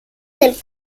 del